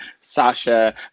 Sasha